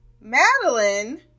Madeline